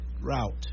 route